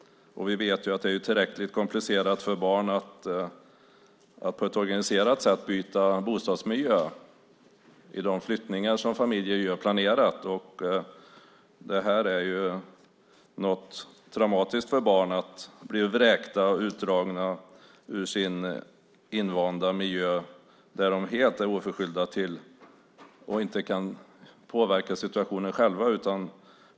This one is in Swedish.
Vi vet att det är tillräckligt komplicerat för barn att byta bostadsmiljö på ett organiserat sätt i de flyttningar som familjer gör planerat. Det är traumatiskt för barn att bli vräkta och utdragna ur sin invanda miljö. Det är helt oförskyllt, och de kan inte påverka situationen själva.